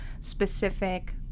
specific